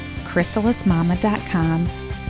chrysalismama.com